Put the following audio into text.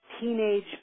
teenage